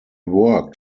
worked